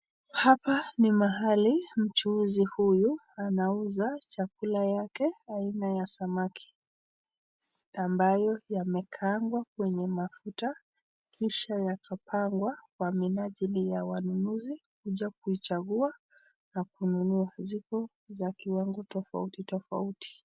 Hapa ni mahali mchuuzi huyu anauza chakula yake aina ya samaki ambayo yamekaangwa kwenye mafuta kisha yakapangwa kwa minajili ya wanunuzi kuja kuichagua na kununua ziko za kiwango tofauti tofauti.